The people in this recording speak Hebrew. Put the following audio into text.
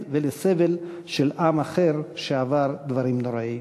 ולסבל של עם אחר שעבר דברים נוראיים.